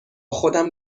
خودم